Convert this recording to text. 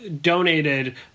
donated